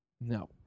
No